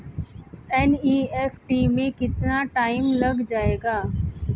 NEFT में कितना time लग जाएगा?